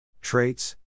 traits